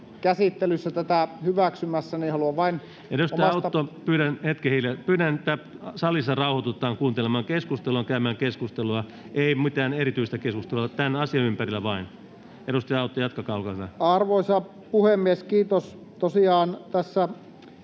mielin tämän mietinnön hyväksyä. Edustaja Autto, pyydän hetken hiljaisuutta. — Pyydän, että salissa rauhoitutaan kuuntelemaan keskustelua ja käymään keskustelua, ei mitään erityistä keskustelua, tämän asian ympärillä vain. — Edustaja Autto, jatkakaa, olkaa hyvä. Toiseen käsittelyyn